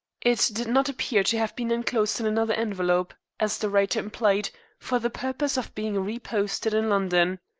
it did not appear to have been enclosed in another envelope, as the writer implied, for the purpose of being re-posted in london.